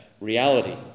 reality